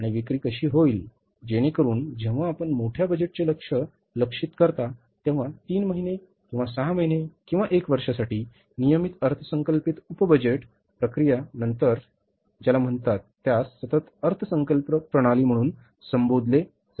आणि विक्री कशी होईल जेणेकरुन जेव्हा आपण मोठ्या बजेटचे लक्ष्य लक्ष्यित करता तेव्हा तीन महिने किंवा सहा महिने किंवा एक वर्षासाठी नियमित अर्थसंकल्पित उप बजेट प्रक्रिया नंतर त्याला ज्याला म्हणतात त्यास सतत अर्थसंकल्प प्रणाली म्हणून संबोधले जाते